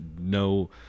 no –